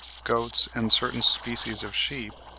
goats and certain species of sheep,